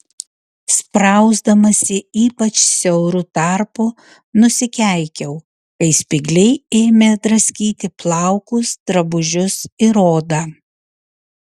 sprausdamasi ypač siauru tarpu nusikeikiau kai spygliai ėmė draskyti plaukus drabužius ir odą